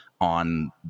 on